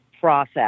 process